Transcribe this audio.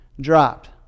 dropped